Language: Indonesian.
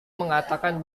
mengatakan